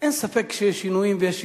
אין ספק שיש שינויים ויש שיפורים,